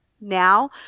now